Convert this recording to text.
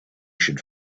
should